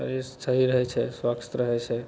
fresh शरीर होइ छै स्वस्थ रहय छै